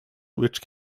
which